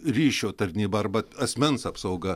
ryšio tarnyba arba asmens apsauga